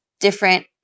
different